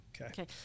Okay